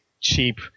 Cheap